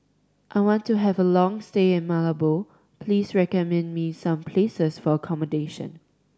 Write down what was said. I want to have a long stay in Malabo please recommend me some places for accommodation